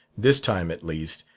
this time at least,